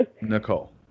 Nicole